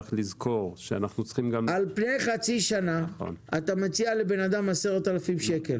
צריך לזכור --- על פני חצי שנה אתה מציע לבן אדם 10,000 ₪?